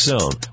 Zone